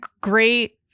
great